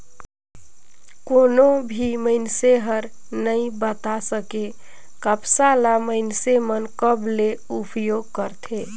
कोनो भी मइनसे हर नइ बता सके, कपसा ल मइनसे मन कब ले उपयोग करथे